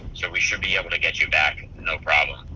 so we should be able to get you back no problem